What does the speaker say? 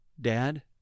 Dad